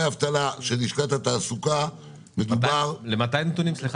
האבטלה של לשכת התעסוקה --- למתי הנתונים?